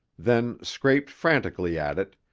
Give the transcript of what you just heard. then scraped frantically at it,